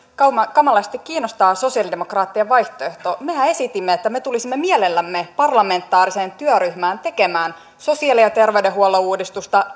kamalasti kiinnostaa sosialidemokraattien vaihtoehto mehän esitimme että me tulisimme mielellämme parlamentaariseen työryhmään tekemään sosiaali ja terveydenhuollon uudistusta